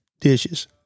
dishes